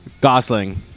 Gosling